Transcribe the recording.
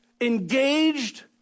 Engaged